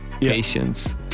Patience